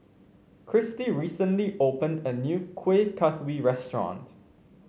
Kristy recently opened a new Kuih Kaswi restaurant